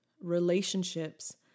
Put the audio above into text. Relationships